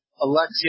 Alexia